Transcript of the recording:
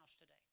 today